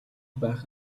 байх